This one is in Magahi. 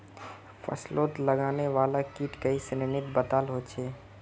फस्लोत लगने वाला कीट कई श्रेनित बताल होछे